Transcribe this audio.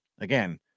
again